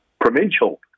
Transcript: provincial